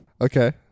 Okay